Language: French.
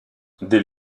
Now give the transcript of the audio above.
dès